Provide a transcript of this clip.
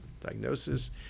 diagnosis